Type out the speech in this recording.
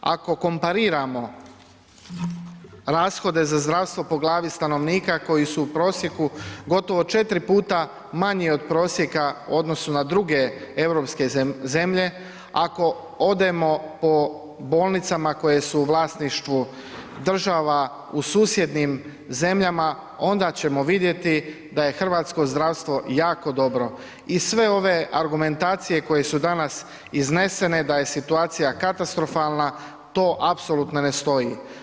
Ako kompariramo rashode za zdravstvo po glavi stanovnika koji su u prosjeku gotovo 4 puta manji od prosjeka u odnosu na druge europske zemlje, ako odemo po bolnicama koje su u vlasništvu država u susjednim zemljama onda ćemo vidjeti da hrvatsko zdravstvo jako dobro i sve ove argumentacije koje su danas iznesene da je situacija katastrofalna, to apsolutno ne stoji.